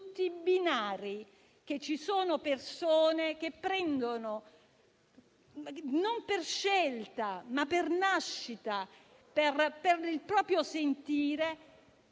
tutti binari e che ci sono persone che, non per scelta ma per nascita, per il proprio sentire,